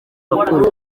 bakuru